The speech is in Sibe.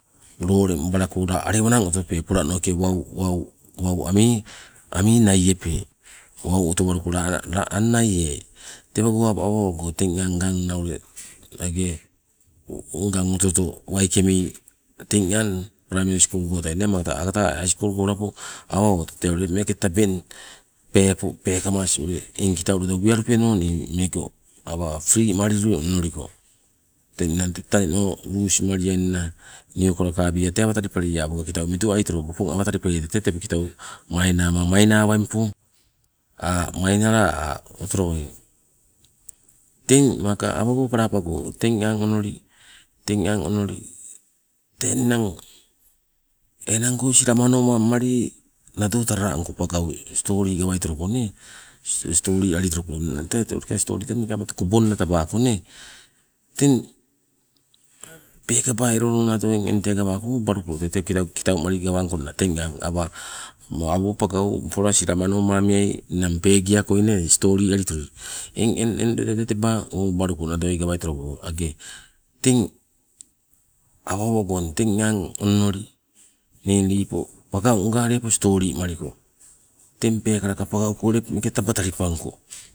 Loo uleng balako la alewa otope? Polanoke wau, wau ami, ami naiepe, wau otowaluko la la an naieai? Tewago awa owago teng ang nganna ule age ngang oto oto waikemali teng ang praimari skul goitai maka agata hai skul go labo, tee awa owatu tabeng, peepo peekamas eng ule kitau uwealupeno nii awa meeke fri malili onoliko. Teng tete ninang taneno lusi maliangna' niokolokabie tee awa talipaliai awo kitau tee midualilito opong awa talipaliai tete kitau mainama mainawaingpo mainala a' otolowai. Teng maka awago kalapago, teng ang onoli teng ang onoli tee ninang enang go silamano mangmalili nado talala angko pangau stoli gawaitoloko nee, stoli alili toloko, tete ulikang stoli tee kobonala tabako nee. Teng peekaba elo loo nadoi eng tee gawako owabaluko tee kitau malili gawangkonna teng aang awa awo pangau upola silamano mamiai ninang pegiakoi nee stoli alili tolo, eng- eng loida tee teba owabaluko nadoi gawaitoloko age. Teng awa owagong teng aang onoli nii lepo pangaunga lepo stoli maliko, teng peekala pagagoka lepo talipangko